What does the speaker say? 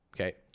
Okay